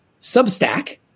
Substack